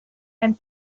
and